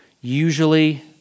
usually